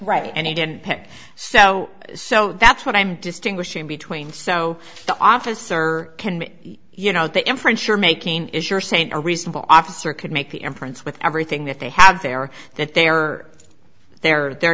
right and he didn't pick so so that's what i'm distinguishing between so the officer can you know that in french you're making is you're saying a reasonable officer could make the inference with everything that they have there that they are there or they're